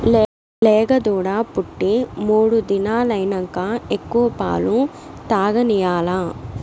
లేగదూడ పుట్టి మూడు దినాలైనంక ఎక్కువ పాలు తాగనియాల్ల